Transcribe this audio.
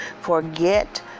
forget